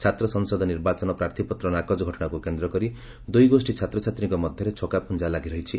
ଛାତ୍ର ସଂସଦ ନିର୍ବାଚନ ପ୍ରାର୍ଥୀପତ୍ର ନାକଚ ଘଟଶାକୁ କେନ୍ଦ୍ରକରି ଦୁଇଗୋଷୀ ଛାତ୍ରଛାତ୍ରୀଙ୍କ ମଧ୍ଧରେ ଛକାପଞା ଲାଗି ରହିଛି